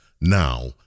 Now